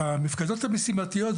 "מפקדות משימתיות"?